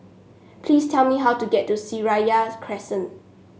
please tell me how to get to Seraya Crescent